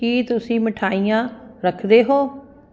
ਕੀ ਤੁਸੀਂ ਮਿਠਾਈਆਂ ਰੱਖਦੇ ਹੋ